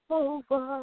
over